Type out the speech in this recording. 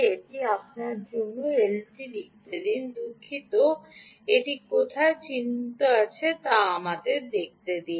এটি আপনার জন্য এলটি লিখতে দিন দুঃখিত এটি কোথায় চিহ্নিত আছে তা আমাদের দেখতে দিন